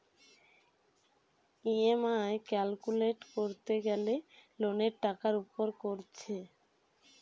EMI calculate কোরতে গ্যালে লোনের টাকার উপর কোরছে